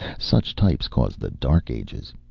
such types caused the dark ages.